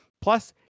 plus